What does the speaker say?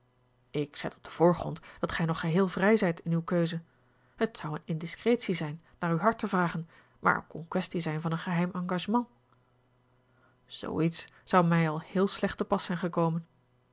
ik zet op den voorgrond dat gij nog geheel vrij zijt in uwe keuze het zou eene indiscretie zijn naar uw hart te vragen maar er kon kwestie zijn van een geheim engagement zoo iets zou mij al heel slecht te pas zijn gekomen